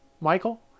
Michael